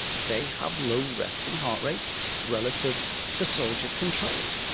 they have low resting heart rates relative to soldier controls.